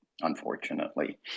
unfortunately